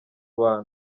bantu